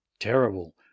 terrible